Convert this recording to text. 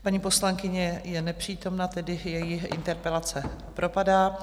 Paní poslankyně je nepřítomná, tedy její interpelace propadá.